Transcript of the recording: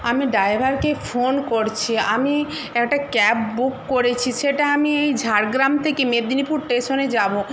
আমি ড্রাইভারকে ফোন করছি আমি একটা ক্যাব বুক করেছি সেটা আমি এই ঝাড়গ্রাম থেকে মেদিনীপুর স্টেশনে যাব